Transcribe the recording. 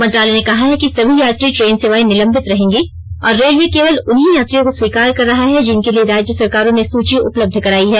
मंत्रालय ने कहा है कि सभी यात्री ट्रेन सेवाएं निलंबित रहेंगी और रेलवे केवल उन्हीं यात्रियों को स्वीकार कर रहा है जिनके लिए राज्य सरकारों ने सूची उपलब्ध कराई है